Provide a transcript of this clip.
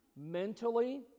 mentally